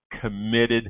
committed